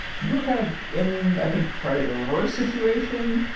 you're kind of in, i think, probably the reverse situation.